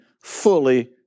fully